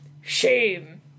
Shame